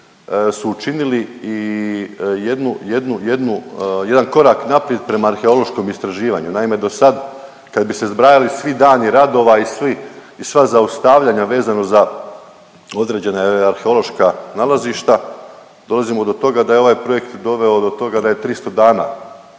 jednu, jedan korak naprijed prema arheološkom istraživanju. Naime do sad kad bi se zbrajali svi dani radova i sva zaustavljanja vezano za određena arheološka nalazišta, dolazimo do toga da je ovaj projekt doveo do toga da je 300 dana